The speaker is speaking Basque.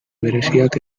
bereziak